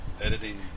Editing